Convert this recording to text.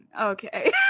okay